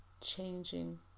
changing